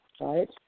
right